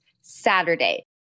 Saturday